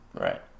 right